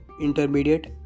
Intermediate